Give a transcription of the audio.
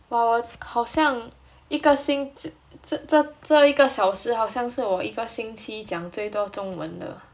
!wah! 我好像一个星这一个小时好像是我这一个星期讲最多中文的